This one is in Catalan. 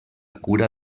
cura